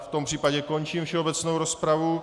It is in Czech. V tom případě končím všeobecnou rozpravu.